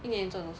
一年赚多少